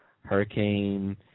hurricane